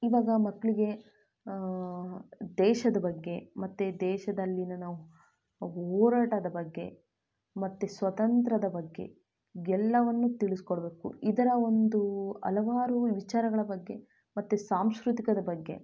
ಇವಾಗ ಮಕ್ಕಳಿಗೆ ದೇಶದ ಬಗ್ಗೆ ಮತ್ತು ದೇಶದಲ್ಲಿನ ನಾವ್ ಹೋರಾಟದ ಬಗ್ಗೆ ಮತ್ತು ಸ್ವಾತಂತ್ರ್ಯದ ಬಗ್ಗೆ ಎಲ್ಲವನ್ನೂ ತಿಳಿಸ್ಕೊಡ್ಬೇಕು ಇದರ ಒಂದು ಹಲವಾರು ವಿಚಾರಗಳ ಬಗ್ಗೆ ಮತ್ತು ಸಾಂಸ್ಕೃತಿಕದ ಬಗ್ಗೆ